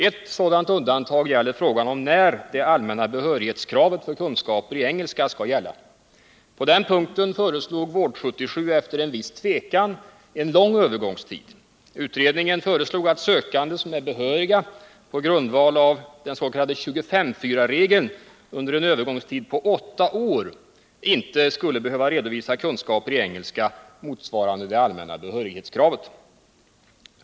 Ett sådant undantag gäller frågan om när det allmänna behörighetskravet för kunskaper i engelska skall gälla. På den punkten föreslog Vård 77 efter en viss tvekan en lång övergångstid. Utredningen föreslog att sökande som är behöriga på grundval av den s.k. 25:4-regeln under en övergångstid på åtta år inte skulle behöva redovisa kunskaper i engelska motsvarande det allmänna behörighetskravet.